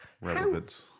relevance